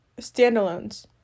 standalones